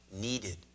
needed